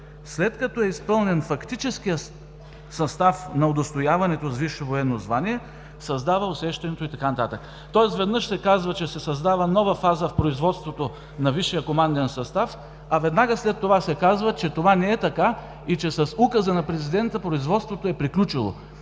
след като е изпълнен фактическият състав на удостояването с висше военно звание, създава усещането“, и така нататък. Тоест, веднъж се казва, че се създава нова фаза в производството на Висшия команден състав, а веднага след това се казва, че това не е така и че с указа на президента производството е приключило.